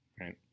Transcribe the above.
Right